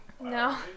No